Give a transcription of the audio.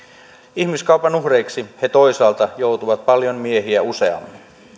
ihmiskaupan uhreiksi he toisaalta joutuvat paljon miehiä useammin